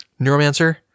Neuromancer